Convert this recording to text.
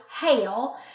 hail